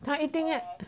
他一定